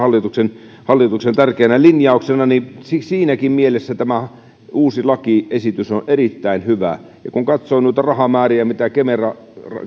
muun muassa hallituksen tärkeänä linjauksena niin siinäkin mielessä tämä uusi lakiesitys on erittäin hyvä ja kun katsoo noita rahamääriä mitä kemeran